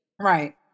Right